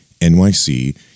nyc